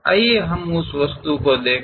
आइए हम उस वस्तु को देखें